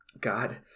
God